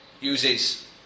uses